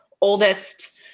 oldest